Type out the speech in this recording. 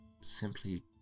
simply